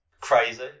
Crazy